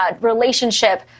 relationship